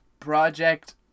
project